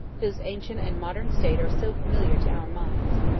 whose ancient and modern state are so familiar to our minds.